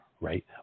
right